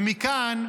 ומכאן,